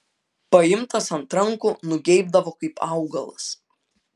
paimtas ant rankų nugeibdavo kaip augalas